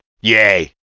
Yay